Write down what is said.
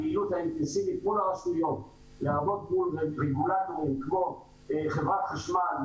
הפעילות האינטנסיבית מול הרשויות לרבות מול --- כמו חברת חשמל,